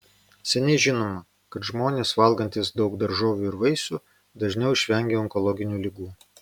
seniai žinoma kad žmonės valgantys daug daržovių ir vaisių dažniau išvengia onkologinių ligų